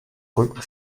rücken